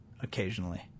Occasionally